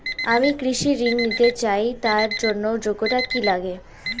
আমি কৃষি ঋণ নিতে চাই তার জন্য যোগ্যতা কি লাগে?